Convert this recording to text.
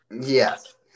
Yes